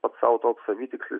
pats sau toks savitikslis